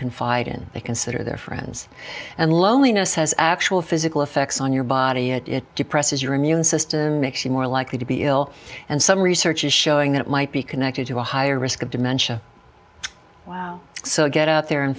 confide in they consider their friends and loneliness has actual physical effects on your body and it depresses your immune system makes you more likely to be ill and some research is showing that it might be connected to a higher risk of dementia so get out there and